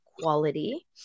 quality